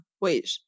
wait